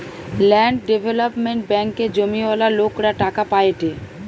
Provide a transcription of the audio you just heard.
land development ব্যাঙ্কে জমিওয়ালা লোকরা টাকা পায়েটে